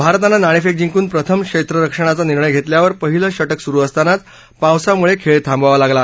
भारतानं नाणेफेक जिंकून प्रथम क्षेत्रक्षणाचा निर्णय घेतल्यावर पहिलं षटक सुरू असतानाच पावसामुळे खेळ थांबवावा लागला